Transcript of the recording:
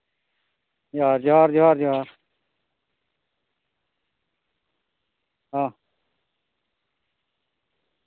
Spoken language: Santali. ᱡᱚᱦᱟᱨ ᱡᱚᱦᱟᱨ ᱡᱚᱦᱟᱨ ᱡᱚᱦᱟᱨ ᱦᱚᱸ